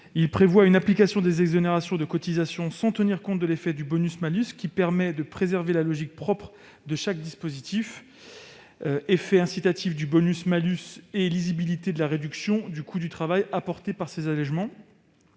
à prévoir une application des exonérations de cotisations sans tenir compte de l'effet du bonus-malus, afin de préserver la logique propre à chaque dispositif : effet incitatif du bonus-malus et lisibilité de la réduction du coût du travail résultant des allégements.